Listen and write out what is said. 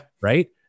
Right